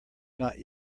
not